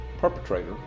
perpetrator